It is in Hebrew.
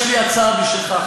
יש לי הצעה בשבילך,